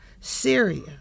syria